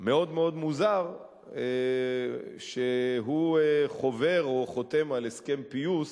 מאוד מאוד מוזר שהוא חובר או חותם על הסכם פיוס,